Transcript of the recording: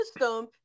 system